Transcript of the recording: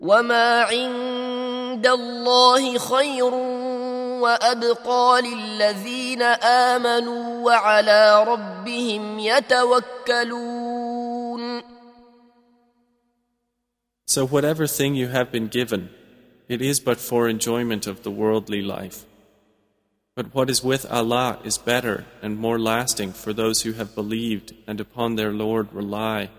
وَمَا عِندَ اللَّهِ خَيْرٌ وَأَبْقَىٰ لِلَّذِينَ آمَنُوا وَعَلَىٰ رَبِّهِمْ يَتَوَكَّلُونَ. So whatever thing you have been given, it is but for enjoyment of the worldly life. But what is with Allah is better and more lasting for those who have believed and upon their Lord rely.